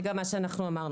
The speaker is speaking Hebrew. זה גם מה שאנחנו אמרנו.